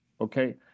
Okay